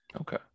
okay